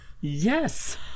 Yes